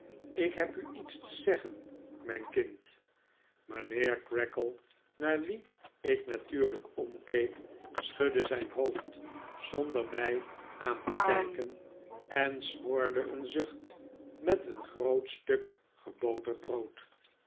ik heb u iets te zeggen mijn kind mijnheer creakle naar wien ik natuurlijk omkeek schudde zijn hoofd zonder mij aan te kijken en smoorde een zucht met een groot stuk geboterd brood